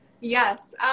yes